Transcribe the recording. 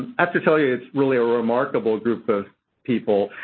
i have to tell you, it's really a remarkable group of people.